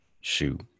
shoot